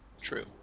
true